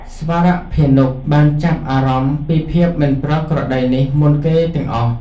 ស្វរភានុបានចាប់អារម្មណ៍ពីភាពមិនប្រក្រតីនេះមុនគេទាំងអស់។